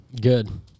Good